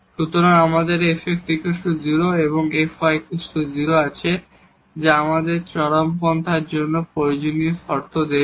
সুতরাং আমাদের fx 0∧fy 0 আছে যা আমাদের এক্সট্রিমার জন্য প্রয়োজনীয় শর্ত দেবে